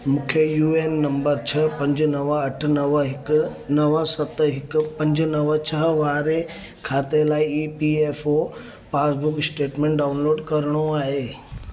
मूंखे U A N number छह पंज नव अठ नव हिकु नव सत हिकु पंज नव छह वारे खाते लाइ E P F O passbook statement download करिणो आहे